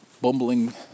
bumbling